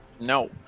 No